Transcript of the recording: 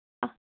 ಹಾಂ